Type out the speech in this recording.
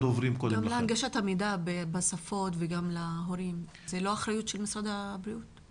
הנגשת המידע בשפות להורים היא לא באחריות משרד הבריאות?